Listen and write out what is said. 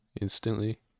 instantly